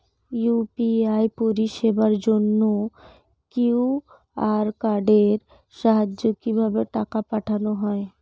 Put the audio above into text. UPI পরিষেবার জন্য QR কোডের সাহায্যে কিভাবে টাকা পাঠানো হয়?